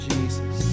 Jesus